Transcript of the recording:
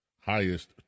highest